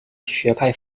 学派